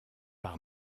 par